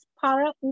para